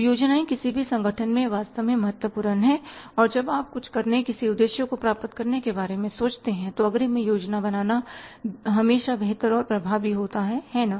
तो योजनाएं किसी भी संगठन में वास्तव में महत्वपूर्ण हैं और जब आप कुछ करने किसी उद्देश्य को प्राप्त करने के बारे में सोचते हैं तो अग्रिम में योजना बनाना हमेशा बेहतर और प्रभावी होता है है ना